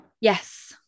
Yes